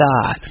God